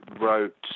wrote